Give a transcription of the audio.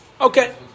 Okay